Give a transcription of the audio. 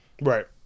Right